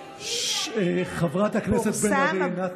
חבר הכנסת כץ, בבקשה.